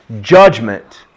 judgment